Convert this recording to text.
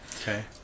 Okay